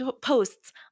posts